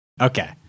Okay